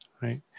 right